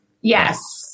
Yes